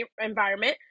environment